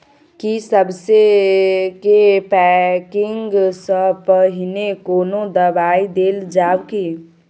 की सबसे के पैकिंग स पहिने कोनो दबाई देल जाव की?